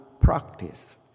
practice